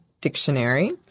Dictionary